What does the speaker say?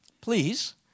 please